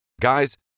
Guys